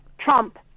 Trump